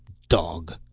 dog!